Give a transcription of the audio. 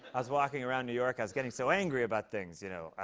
i was walking around new york. i was getting so angry about things. you know,